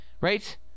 right